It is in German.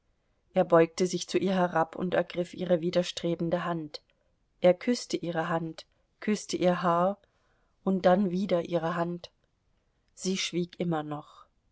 er beugte sich zu ihr herab und ergriff ihre widerstrebende hand er küßte ihre hand küßte ihr haar und dann wieder ihre hand sie schwieg immer noch